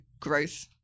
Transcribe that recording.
growth